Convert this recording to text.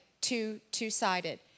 two-sided